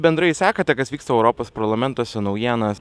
bendrai sekate kas vyksta europos parlamentuose naujienas